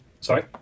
Sorry